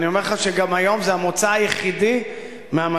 ואני אומר לך שגם היום זה המוצא היחידי מהמשבר.